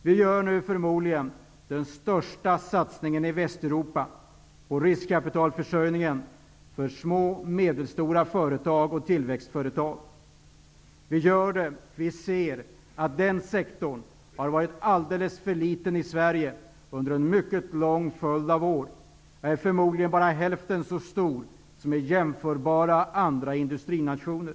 Vi gör nu den förmodligen största satsningen i Västeuropa på riskkapitalförsörjning för små och medelstora företag och tillväxtföretag. Vi gör det därför att vi har sett att den sektorn har varit alldeles för liten i Sverige under en mycket lång följd av år. Den är antagligen bara hälften så stor som i andra jämförbara industrinationer.